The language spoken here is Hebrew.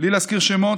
בלי להזכיר שמות.